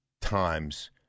times